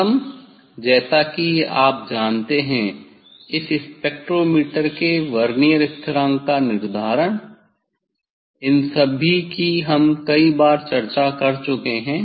प्रथम जैसा कि आप जानते हैं इस स्पेक्ट्रोमीटर के वर्नियर स्थिरांक का निर्धारण इन सभी की हम कई बार चर्चा कर चुके हैं